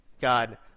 God